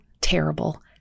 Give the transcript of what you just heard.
terrible